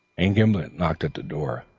and gimblet knocked at the door.